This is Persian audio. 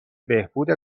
بهبود